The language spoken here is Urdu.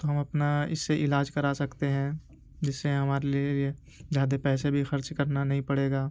تو ہم اپنا اس سے علاج کرا سکتے ہیں جس سے ہمارے لیے لیے یہ زیادہ پیسے بھی خرچ کرنا نہیں پڑے گا